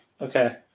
Okay